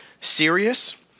serious